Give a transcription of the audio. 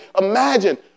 imagine